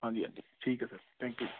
ਹਾਂਜੀ ਹਾਂਜੀ ਠੀਕ ਹੈ ਸਰ ਥੈਂਕ ਯੂ